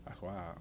Wow